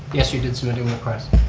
yes you did submit a request.